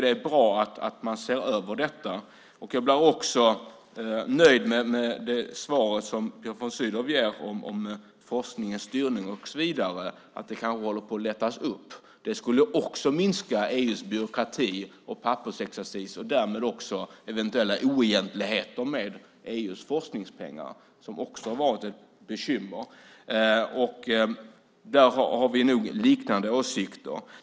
Det är bra att man ser över detta. Jag är också nöjd med Björn von Sydows svar om forskningen, styrningen och så vidare - att det kanske håller på att lättas upp. Också det skulle minska EU:s byråkrati och pappersexercis och därmed också eventuella oegentligheter när det gäller EU:s forskningspengar, något som också har varit ett bekymmer. Där har vi nog liknande åsikter.